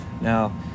Now